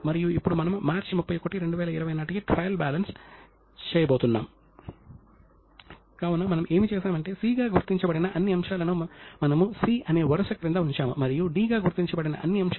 కాబట్టి ఇప్పుడు తలెత్తే ప్రశ్న ఏమిటంటే పురాతన భారతదేశం లో వాడిన అకౌంటింగ్ వ్యవస్థ వివరణాత్మకంగా ఉండేదా